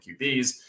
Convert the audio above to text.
QBs